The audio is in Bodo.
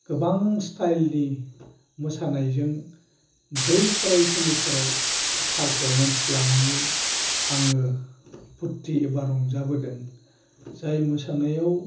गोबां स्टायलनि मोसानायजों बै फरायसालिफोराव पारफ'रमेन्स लानानै आङो फुरथि एबा रंजाबोदों जाय मोसानायाव